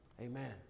Amen